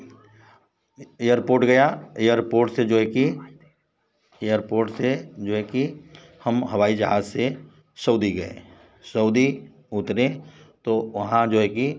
airport गया airport से जो है कि एयरपोर्ट से जो है कि हम हवाई जहाज़ से सऊदी गए सऊदी उतरे तो वहाँ जो है कि